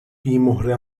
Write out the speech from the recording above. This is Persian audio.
بیمهره